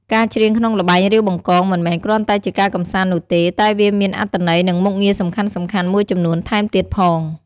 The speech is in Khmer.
ការច្រៀងក្នុងល្បែង រាវបង្កង មិនមែនគ្រាន់តែជាការកម្សាន្តនោះទេ តែវាមានអត្ថន័យ និងមុខងារសំខាន់ៗមួយចំនួនថែមទៀតផង។